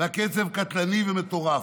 והקצב קטלני ומטורף.